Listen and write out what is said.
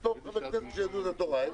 אתה במכסה של יהדות התורה.